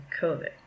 COVID